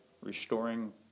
restoring